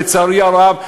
לצערי הרב,